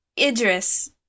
Idris